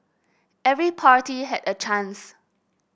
every party had a chance